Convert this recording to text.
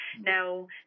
now